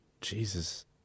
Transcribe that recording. Jesus